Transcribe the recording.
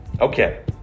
okay